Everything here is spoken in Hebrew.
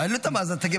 לא גובים את המס.